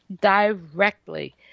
directly